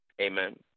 Amen